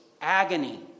agony